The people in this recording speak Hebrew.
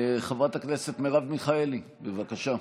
חברת הכנסת מרב מיכאלי, בבקשה.